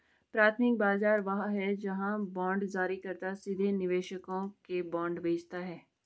प्राथमिक बाजार वह है जहां बांड जारीकर्ता सीधे निवेशकों को बांड बेचता है